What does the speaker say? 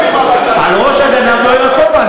חבר הכנסת זחאלקה, על ראש הגנב בוער הכובע.